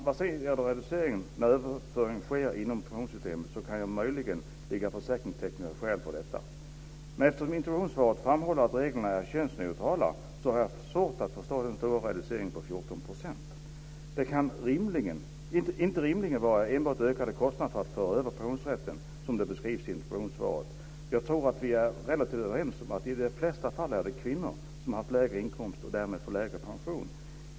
Vad sedan gäller reduceringen när överföring sker inom pensionssystemet kan det möjligen ligga försäkringstekniska skäl för detta. Eftersom interpellationssvaret framhåller att reglerna är könsneutrala har jag svårt att förstå den stora reduceringen på 14 %. Det kan rimligen inte vara enbart ökade kostnader för att föra över pensionsrätten som det beskrivs i interpellationssvaret. Jag tror att vi är relativt överens om att det i de flesta fall är kvinnan som har haft lägre inkomst och därmed får lägre pension.